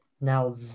Now